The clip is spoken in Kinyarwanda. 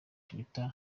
twitter